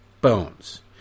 bones